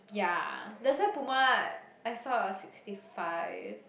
ya that's why Puma I saw a sixty five